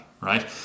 right